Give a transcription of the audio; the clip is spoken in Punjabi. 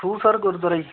ਖੂਹ ਸਰ ਗੁਰਦੁਆਰਾ ਜੀ